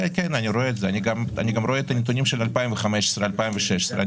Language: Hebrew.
אני גם רואה את הנתונים של 2015 ו-2016.